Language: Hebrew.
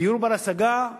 דיור בר-השגה,